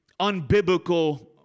unbiblical